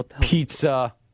pizza